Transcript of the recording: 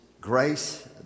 grace